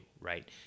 Right